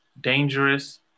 dangerous